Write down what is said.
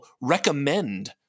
recommend